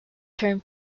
term